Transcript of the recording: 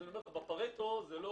צריך לטפל בזה.